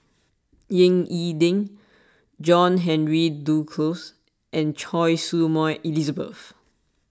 Ying E Ding John Henry Duclos and Choy Su Moi Elizabeth